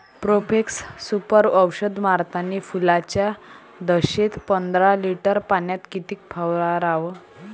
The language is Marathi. प्रोफेक्ससुपर औषध मारतानी फुलाच्या दशेत पंदरा लिटर पाण्यात किती फवाराव?